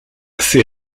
ses